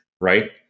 Right